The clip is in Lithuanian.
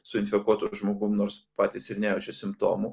su infekuotu žmogum nors patys ir nejaučia simptomų